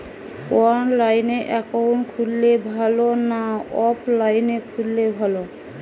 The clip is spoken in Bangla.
অনলাইনে একাউন্ট খুললে ভালো না অফলাইনে খুললে ভালো?